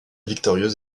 victorieuse